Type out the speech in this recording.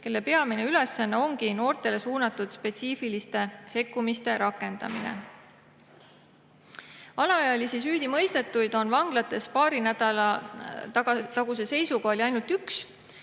kelle peamine ülesanne ongi noortele suunatud spetsiifiliste sekkumiste rakendamine. Alaealisi süüdimõistetuid oli vanglas paari nädala taguse seisuga ainult üks.